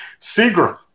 Seagram